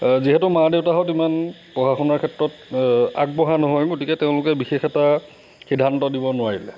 যিহেতু মা দেউতাহঁত ইমান পঢ়া শুনাৰ ক্ষেত্ৰত আগবঢ়া নহয় গতিকে তেওঁলোকে বিশেষ এটা সিদ্ধান্ত দিব নোৱাৰিলে